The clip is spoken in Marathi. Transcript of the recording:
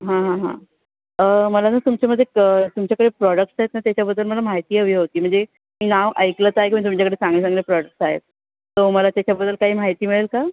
मला ना तुमच्यामध्ये कं तुमच्याकडे प्रॉडक्ट्स आहेत ना त्याच्याबद्दल मला माहिती हवी होती म्हणजे नाव ऐकलंच आहे की मग तुमच्याकडे चांगले चांगले प्रॉडक्ट्स आहेत तर मला त्याच्याबद्दल काही माहिती मिळेल का